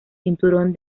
cinturón